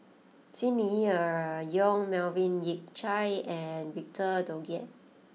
Xi Ni Er Yong Melvin Yik Chye and Victor Doggett